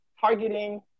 targeting